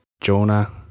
Jonah